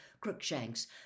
Crookshanks